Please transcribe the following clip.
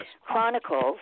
chronicles